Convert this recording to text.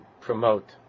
promote